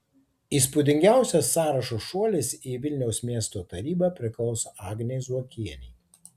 įspūdingiausias sąrašo šuolis į vilniaus miesto tarybą priklauso agnei zuokienei